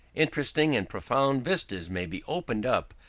interesting and profound vistas may be opened up,